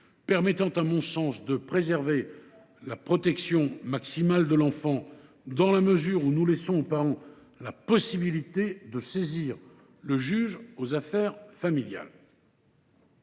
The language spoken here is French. préservant, à mon sens, la protection maximale de l’enfant, dans la mesure où nous entendons laisser aux parents la possibilité de saisir le juge aux affaires familiales.